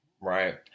right